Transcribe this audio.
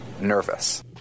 nervous